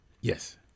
Yes